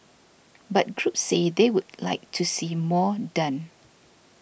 but groups say they would like to see more done